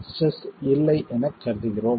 stress இல்லை என நாம் கருதுகிறோம்